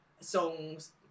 songs